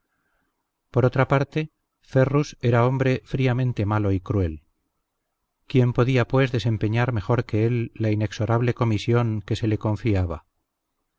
por otra parte ferrus era hombre fríamente malo y cruel quién podía pues desempeñar mejor que él la inexorable comisión que se le confiaba